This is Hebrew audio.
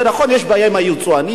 זה נכון, יש בעיה עם היצואנים.